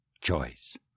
choice